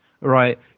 right